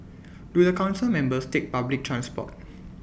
do the Council members take public transport